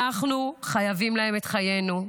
אנחנו חייבים להם את חיינו.